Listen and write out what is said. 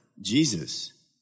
Jesus